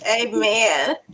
Amen